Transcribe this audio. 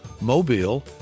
Mobile